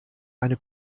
eine